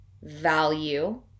value